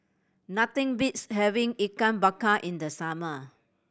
nothing beats having Ikan Bakar in the summer